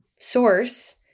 source